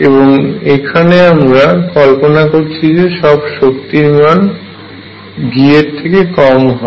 এবং এখানে আমরা কল্পনা করছি যে সব শক্তির মান V এর থেকে কম হয়